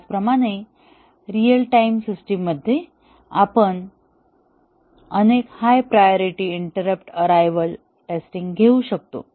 त्याचप्रमाणे real time system मध्ये आपण अनेक high priority interrupt arrival testing घेऊ शकतो